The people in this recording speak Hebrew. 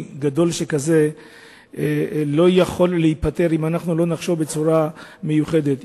גדול שכזה לא יכול להיפתר אם לא נחשוב בצורה מיוחדת,